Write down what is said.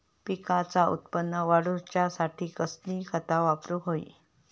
पिकाचा उत्पन वाढवूच्यासाठी कसली खता वापरूक होई?